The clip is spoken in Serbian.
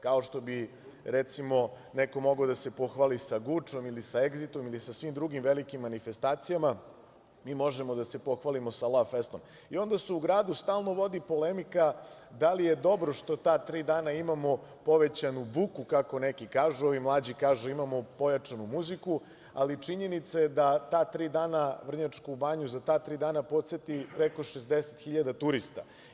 Kao što bi recimo neko mogao da se pohvali sa Gučom ili sa Egzitom ili sa svim drugim velikim manifestacijama, mi možemo da se pohvalimo sa Lavfestom i onda se u gradu stalno vodi polemika da li je dobro što ta tri dana imamo povećanu buku, kako neki kažu, ovi mlađi kažu da imamo pojačanu muziku, ali činjenica je da ta tri dana Vrnjačku Banju poseti preko 60 hiljada turista.